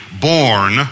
born